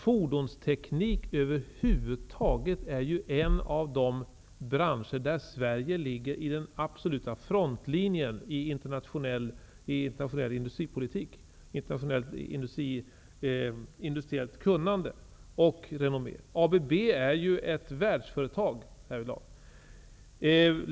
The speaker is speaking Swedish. Fordonsteknik över huvud taget är ju en av de branscher där Sverige ligger i den absoluta frontlinjen när det gäller internationellt industriellt kunnande och renommé. Herr talman! ABB är ju ett världsföretag.